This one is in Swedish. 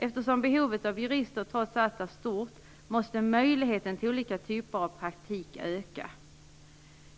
Eftersom behovet av jurister trots allt var stort, måste möjligheterna till olika typer av praktik öka.